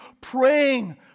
praying